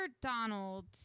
Donald